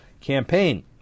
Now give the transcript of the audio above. campaign